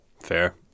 Fair